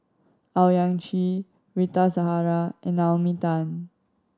Owyang Chi Rita Zahara and Naomi Tan